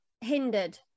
hindered